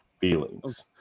feelings